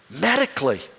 medically